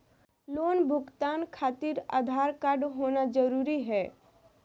Loan भुगतान खातिर Aadhaar card होना जरूरी है?